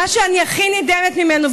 מה שאני הכי נדהמת ממנו,